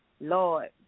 Lord